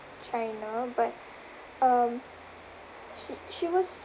China but um she she was